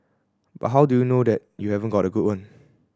but how do you know that you haven't got a good one